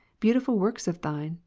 beautiful works of thine,